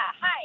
Hi